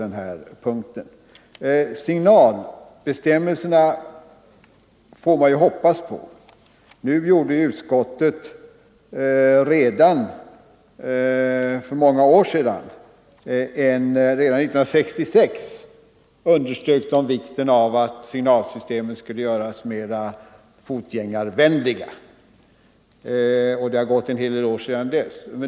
Man får vidare hoppas att det skall visa sig vara möjligt att ändra signalsystemet så att stoppsignalen uppfattas som meningsfull. Från utskottshåll underströks redan 1966 vikten av att signalsystemen skulle göras mera fotgängarvänliga, och det har gått en hel del år sedan dess.